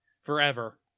forever